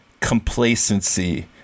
complacency